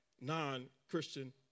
non-Christian